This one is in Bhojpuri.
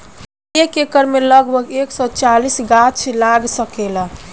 एक एकड़ में लगभग एक सौ चालीस गाछ लाग सकेला